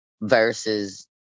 versus